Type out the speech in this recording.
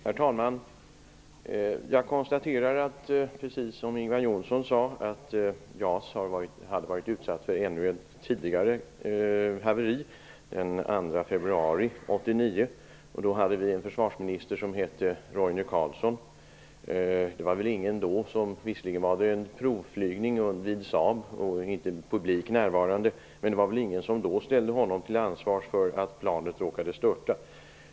Herr talman! Precis som Ingvar Johnsson sade har JAS tidigare varit utsatt för ännu ett haveri, den 2 februari 1989. Då hade vi en försvarsminister som hette Roine Carlsson. Visserligen var det en provflygning vid Saab utan någon publik närvarande, men det var väl ingen som då ställde honom till ansvar för att planet råkade störta.